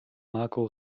marco